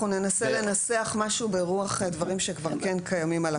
אנחנו ננסה לנסח משהו ברוח דברים שכבר כן קיימים על הקמת